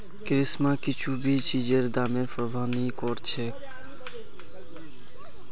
करिश्मा कुछू भी चीजेर दामेर प्रवाह नी करछेक